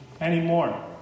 anymore